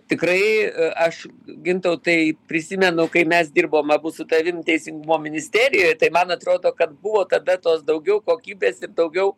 tikrai aš gintautai prisimenu kai mes dirbom abu su tavim teisingumo ministerijoj tai man atrodo kad buvo tada tos daugiau kokybės ir daugiau